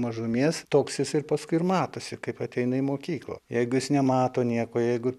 mažumės toks jis ir paskui ir matosi kaip ateina į mokyklą jeigu jis nemato nieko jeigu